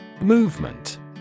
Movement